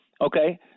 okay